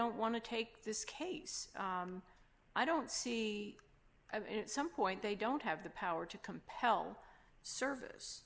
don't want to take this case i don't see some point they don't have the power to compel service